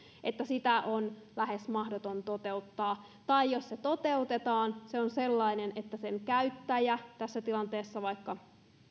että sitä on lähes mahdoton toteuttaa tai jos se toteutetaan se on sellainen että sen käyttäjä tässä tilanteessa vaikka